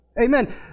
Amen